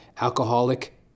alcoholic